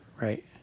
Right